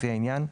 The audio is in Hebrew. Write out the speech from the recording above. לפי העניין,